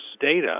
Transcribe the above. data